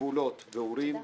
גבולות ואורים,